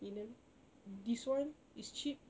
in mm this [one] is cheap